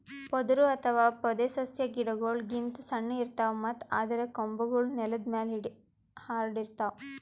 ಪೊದರು ಅಥವಾ ಪೊದೆಸಸ್ಯಾ ಗಿಡಗೋಳ್ ಗಿಂತ್ ಸಣ್ಣು ಇರ್ತವ್ ಮತ್ತ್ ಅದರ್ ಕೊಂಬೆಗೂಳ್ ನೆಲದ್ ಮ್ಯಾಲ್ ಹರ್ಡಿರ್ತವ್